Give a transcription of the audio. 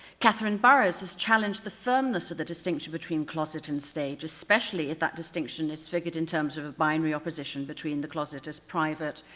catherine burroughs has challenged the firmness of the distinction between closet and stage especially if that distinction is figured in terms of of binary opposition between the closet as private,